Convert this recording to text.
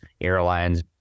airlines